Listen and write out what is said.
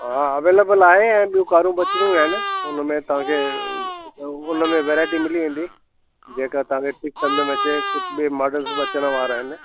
हा अवेलेबल आहे ऐं ॿियूं करूं बि अचणियूं आहिनि उनमें तव्हांखे वैराइटी मिली वेंदी जेका तव्हांखे ठीकु सम्झि में अचे कुझु ॿिए मॉडल्स बि अचनि वारा आहिनि